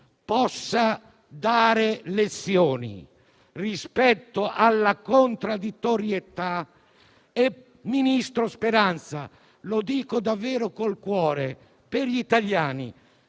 possa dare lezioni rispetto alla contraddittorietà. Ministro Speranza, lo dico davvero col cuore: per fortuna